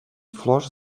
flors